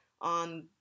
on